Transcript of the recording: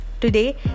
Today